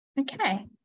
Okay